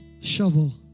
shovel